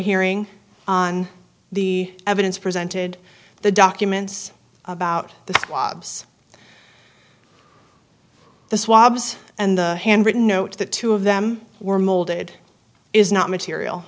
hearing on the evidence presented the documents about the swabs the swabs and the handwritten note that two of them were molded is not material